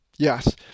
Yes